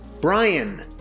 Brian